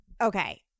Okay